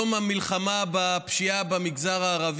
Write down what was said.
כבוד היושב-ראש,